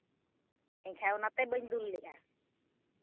ᱮᱱᱠᱷᱟᱱ ᱚᱱᱟᱛᱮ ᱵᱟᱹᱧ ᱫᱩᱞ ᱞᱮᱫᱼᱟ